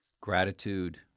Gratitude